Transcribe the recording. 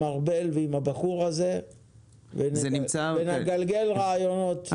ארבל ועם הבחור הזה ונגלגל רעיונות.